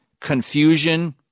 confusion